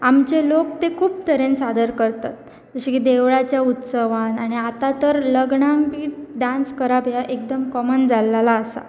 आमचे लोक ते खूब तरेन सादर करतात जशे की देवळाच्या उत्सवान आनी आतां तर लग्नाक बी डांस करप हे एकदम कॉमन जाल्लेला आसा